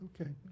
okay